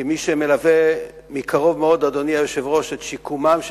כמי שמלווה מקרוב מאוד את שיקומם של